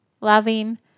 loving